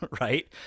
right